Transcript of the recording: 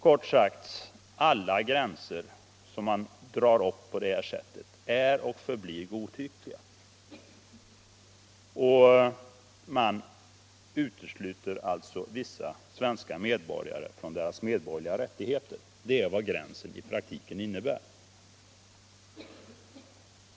Kort sagt: Alla gränser som man drar upp på det här sättet är och förblir godtyckliga. Man utesluter alltså vissa svenska medborgare från deras medborgerliga rättigheter. Det är vad gränsen i praktiken innebär.